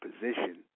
position